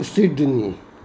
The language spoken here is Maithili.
सिडनी